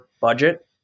budget